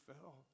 fell